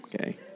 okay